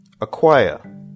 Acquire